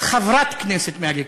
חברת כנסת מהליכוד.